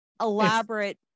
elaborate